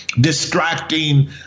Distracting